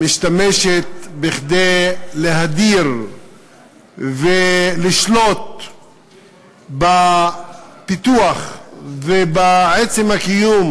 משתמשות כדי להדיר ולשלוט בפיתוח ובעצם הקיום